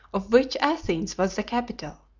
of which athens was the capital.